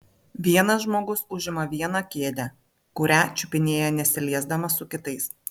vienas žmogus užima vieną kėdę kurią čiupinėja nesiliesdamas su kitais